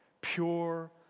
Pure